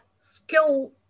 skill